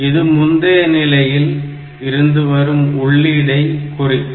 இது முந்தைய நிலையில் இருந்து வரும் உள்ளீட்டை குறிக்கும்